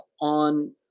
on